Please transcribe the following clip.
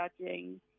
judging